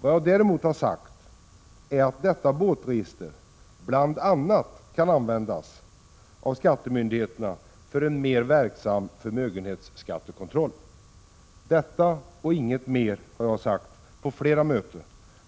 Vad jag däremot har sagt är att detta båtregister bl.a. kan användas av skattemyndigheterna för en mer verksam förmögenhetsskattekontroll. Detta och inget annat har jag sagt på flera möten,